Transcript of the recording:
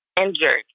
injured